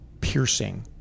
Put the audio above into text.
piercing